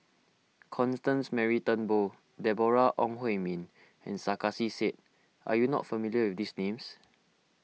Constance Mary Turnbull Deborah Ong Hui Min and Sarkasi Said are you not familiar with these names